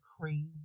crazy